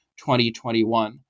2021